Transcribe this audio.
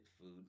food